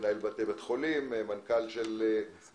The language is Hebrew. מנהל בתי חולים והיום הוא מנכ"ל אסותא.